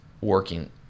working